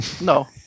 no